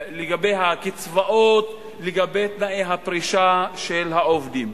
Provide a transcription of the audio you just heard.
לגבי הקצבאות, לגבי תנאי הפרישה של העובדים.